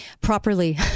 properly